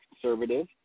conservative